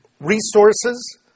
resources